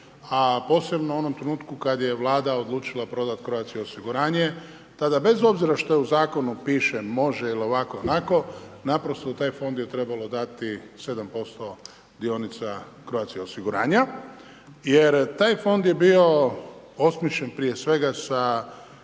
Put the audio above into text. a posebno u onom trenutku kada je Vlada odlučila prodati Croatia osiguranje, tada bez obzira što u zakonu piše može ili ovako ili onako, naprosto u taj fond je trebalo dati 7% dionica Croatia osiguranja jer taj fond je bio osmišljen prije svega sa,